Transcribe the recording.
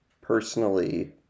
personally